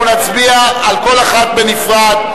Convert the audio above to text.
אנחנו נצביע על כל אחת בנפרד.